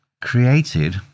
created